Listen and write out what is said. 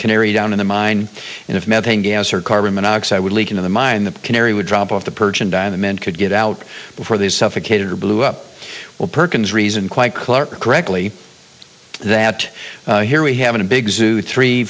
canary down in the mine and if methane gas or carbon monoxide would leak into the mine the canary would drop off the perch and die the men could get out before they suffocated or blew up well perkins reason quite clear correctly that here we have a big suit three